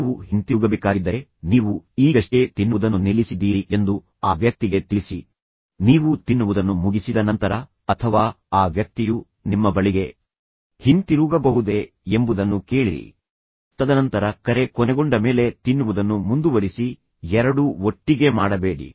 ನೀವು ಹಿಂತಿರುಗಬೇಕಾಗಿದ್ದರೆ ನೀವು ಈಗಷ್ಟೇ ತಿನ್ನುವುದನ್ನು ನಿಲ್ಲಿಸಿದ್ದೀರಿ ಎಂದು ಆ ವ್ಯಕ್ತಿಗೆ ತಿಳಿಸಿ ನೀವು ತಿನ್ನುವುದನ್ನು ಮುಗಿಸಿದ ನಂತರ ಅಥವಾ ಆ ವ್ಯಕ್ತಿಯು ನಿಮ್ಮ ಬಳಿಗೆ ಹಿಂತಿರುಗಬಹುದೆ ಎಂಬುದನ್ನು ಕೇಳಿರಿ ಅಥವಾ ಮುಖ್ಯವಾಗಿದ್ದರೆ ನೀವು ತ್ವರಿತವಾಗಿ ಗಮನ ಹರಿಸಿರಿ ತದನಂತರ ಕರೆ ಕೊನೆಗೊಂಡ ಮೇಲೆ ತಿನ್ನುವುದನ್ನು ಮುಂದುವರಿಸಿ ಎರಡೂ ಒಟ್ಟಿಗೆ ಮಾಡಬೇಡಿ